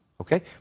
Okay